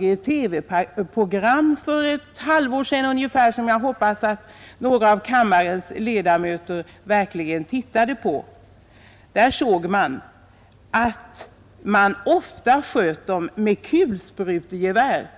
I ett TV-program för ett halvår sedan ungefär, som jag hoppas att några av kammarens ledamöter tittade på, såg man att djuren ofta skjuts med kulsprutegevär